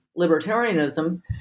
libertarianism